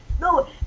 no